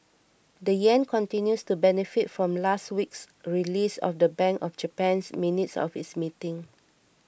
the yen continues to benefit from last week's release of the Bank of Japan's minutes of its meeting